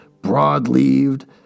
broad-leaved